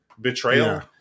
betrayal